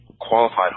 qualified